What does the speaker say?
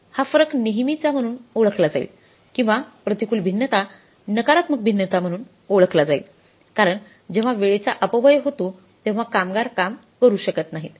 हा फरक नेहमीचा म्हणून ओळखला जाईल किंवा प्रतिकूल भिन्नता नकारात्मक भिन्नता म्हणून ओळखला जाईल कारण जेव्हा वेळेचा अपव्यय होतो तेव्हा कामगार काम करू शकत नाहीत